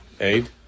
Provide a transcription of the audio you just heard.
aid